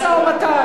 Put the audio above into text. משא-ומתן.